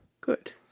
good